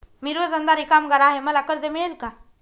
मी रोजंदारी कामगार आहे मला कर्ज मिळेल का?